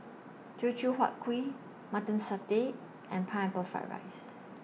Teochew Huat Kuih Mutton Satay and Pineapple Fried Rice